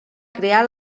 crear